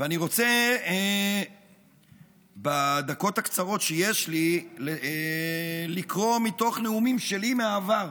ואני רוצה בדקות הקצרות שיש לי לקרוא מתוך נאומים שלי מהעבר.